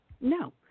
No